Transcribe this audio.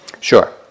Sure